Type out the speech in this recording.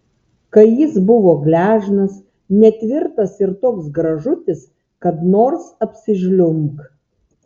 kai jis buvo gležnas netvirtas ir toks gražutis kad nors apsižliumbk